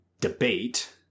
debate